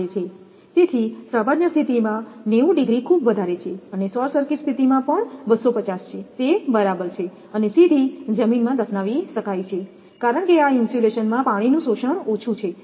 તેથી સામાન્ય સ્થિતિમાં 90 ડિગ્રી ખૂબ વધારે છે અને શોર્ટ સર્કિટ સ્થિતિમાં પણ 250 છે તે બરાબર છે અને સીધી જમીનમાં દફનાવી શકાય છે કારણ કે આ ઇન્સ્યુલેશનમાં પાણીનું શોષણ ઓછું છે